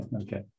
Okay